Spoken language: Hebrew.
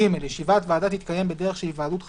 (ג)ישיבת ועדה תתקיים בדרך של היוועדות חזותית,